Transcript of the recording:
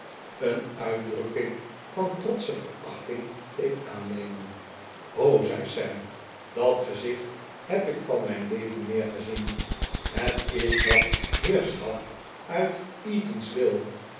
een uitdrukking van trotsche verachting deed aannemen ho zei sam dat gezicht heb ik van mijn leven meer gezien het is dat heerschap uit eatanswill